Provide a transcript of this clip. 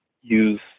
use